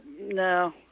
no